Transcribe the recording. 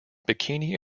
bikini